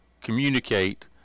communicate